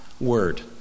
word